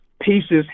pieces